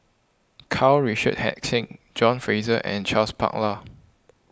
Karl Richard Hanitsch John Fraser and Charles Paglar